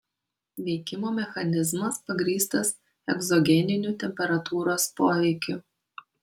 veikimo mechanizmas pagrįstas egzogeniniu temperatūros poveikiu